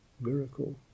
miracle